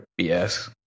BS